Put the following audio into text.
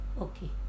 okay